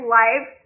life